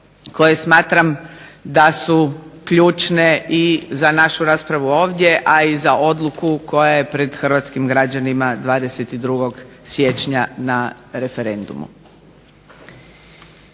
koje smatram da su ključne i za našu raspravu ovdje ali i za odluku koja je pred Hrvatskim građanima 22. siječnja na referendumu.